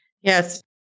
Yes